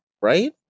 right